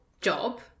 job